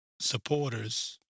supporters